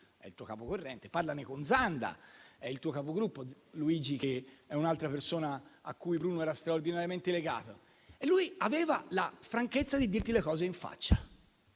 il suo capocorrente, o con Zanda, il suo Capogruppo, un'altra persona cui Bruno era straordinariamente legato. E lui aveva la franchezza di dirti le cose in faccia.